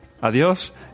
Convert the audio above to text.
Adiós